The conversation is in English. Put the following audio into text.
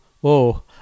whoa